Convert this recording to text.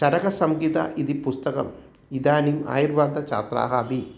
चरकसंहिता इति पुस्तकम् इदानीम् आयुर्वेदछात्राः अपि